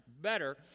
better